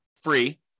free